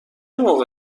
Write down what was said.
موقع